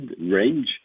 range